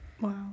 Wow